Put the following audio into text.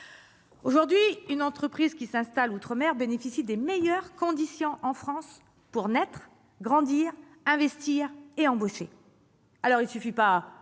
Aujourd'hui, une entreprise qui s'installe outre-mer bénéficie des meilleures conditions pour naître, grandir, investir et embaucher en France. Il ne suffit pas